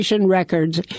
records